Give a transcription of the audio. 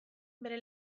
bere